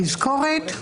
תזכורת,